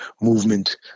movement